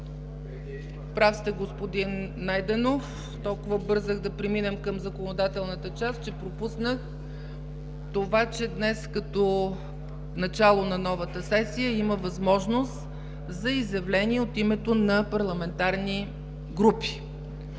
Прав сте, господин Найденов. Толкова бързах да преминем към законодателната част, че пропуснах това, че днес като начало на новата сесия има възможност за изявления от името на парламентарни групи,